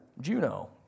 Juno